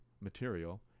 material